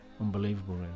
unbelievable